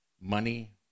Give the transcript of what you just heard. money